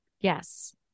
Yes